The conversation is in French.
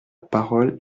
parole